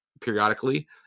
periodically